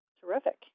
Terrific